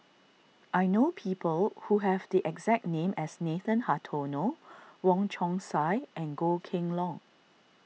I know people who have the exact name as Nathan Hartono Wong Chong Sai and Goh Kheng Long